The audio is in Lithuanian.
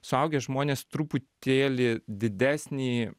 suaugę žmonės truputėlį didesnį